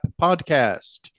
podcast